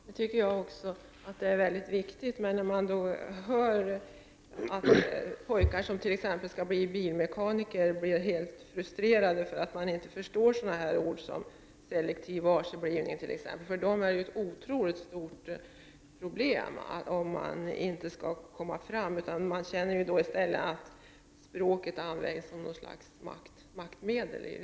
Herr talman! Också jag tycker att det är väldigt viktigt att öka trafiksäkerheten. För de pojkar som håller på att utbilda sig till bilmekaniker och som blir helt frustrerade för att de inte förstår begrepp såsom ”selektiv varseblivning” är detta ett oerhört stort problem. Man får då en känsla av att språket används som något slags maktmedel.